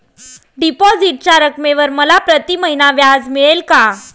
डिपॉझिटच्या रकमेवर मला प्रतिमहिना व्याज मिळेल का?